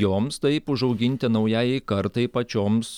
joms taip užauginti naujajai kartai pačioms